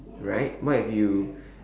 right what if you